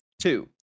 Two